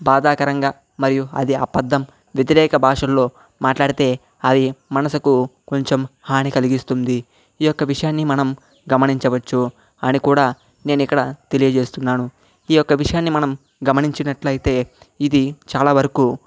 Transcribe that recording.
బాధాకరంగా మరియు అది అపద్ధం వ్యతిరేక భాషల్లో మాట్లాడితే అది మనసుకు కొంచెం హాని కలిగిస్తుంది ఈ యొక్క విషయాన్ని మనం గమనించవచ్చు అని కూడా నేనిక్కడ తెలియజేస్తున్నాను ఈ యొక్క విషయాన్ని మనం గమనించినట్లయితే ఇది చాలా వరకు